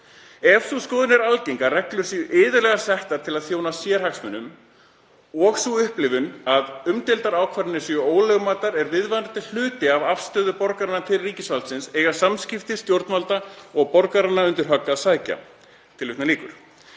Ef sú skoðun er algeng að reglur séu iðulega settar til að þjóna sérhagsmunum, og sú upplifun að umdeildar ákvarðanir séu ólögmætar er viðvarandi hluti af afstöðu borgaranna til ríkisvaldsins, eiga samskipti stjórnvalda og borgaranna undir högg að sækja.“ Ein